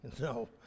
No